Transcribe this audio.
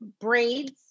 braids